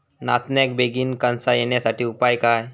नाचण्याक बेगीन कणसा येण्यासाठी उपाय काय?